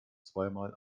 zweimal